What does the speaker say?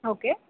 okay